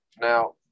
now